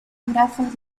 grafos